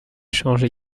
change